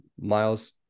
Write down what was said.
Miles